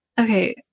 Okay